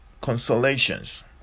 consolations